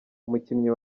umukinnyi